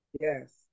Yes